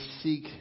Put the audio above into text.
seek